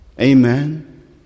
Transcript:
Amen